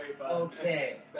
Okay